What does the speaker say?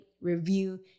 review